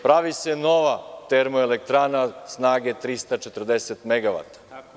Pravi se nova termoelektrana snage 340 megavata.